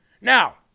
Now